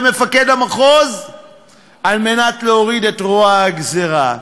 מפקד המחוז על מנת להוריד את רוע הגזירה.